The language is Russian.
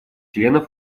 членов